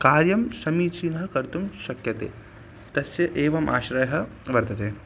कार्यं समीचीनः कर्तुं शक्यते तस्य एवम् आशयः वर्तते